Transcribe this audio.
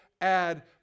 add